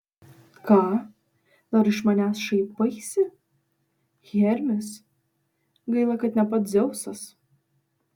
ką dar iš manęs šaipaisi hermis gaila kad ne pats dzeusas